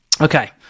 Okay